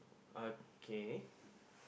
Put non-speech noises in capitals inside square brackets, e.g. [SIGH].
okay [BREATH]